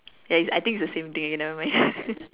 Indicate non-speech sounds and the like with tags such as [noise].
ya I think it's the same thing nevermind [laughs]